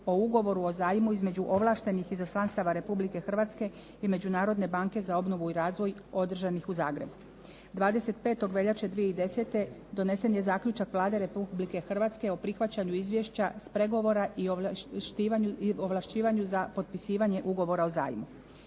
o ugovoru o zajmu između ovlaštenih izaslanstava Republike Hrvatske i Međunarodne banke za obnovu i razvoj održanih u Zagrebu. 25. veljače 2010. donesen je zaključak Vlade Republike Hrvatske o prihvaćanju izvješća s pregovora i ovlašćivanju za potpisivanje ugovora o zajmu.